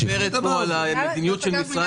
היא מדברת על המדיניות של משרד